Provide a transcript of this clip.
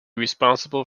responsible